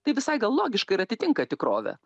tai visai gal logiška ir atitinka tikrovę